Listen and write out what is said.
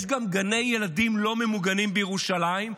יש גם גני ילדים לא ממוגנים בירושלים,